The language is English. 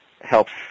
helps